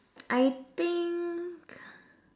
I think